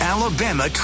Alabama